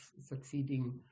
succeeding